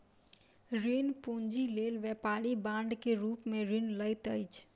ऋण पूंजी लेल व्यापारी बांड के रूप में ऋण लैत अछि